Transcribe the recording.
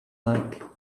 like